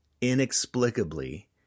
inexplicably